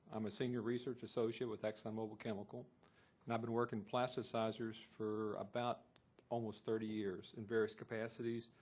i'm a senior research associate with exxon mobil chemical and i've been working plasticizers for about almost thirty years in various capacities,